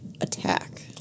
attack